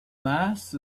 mass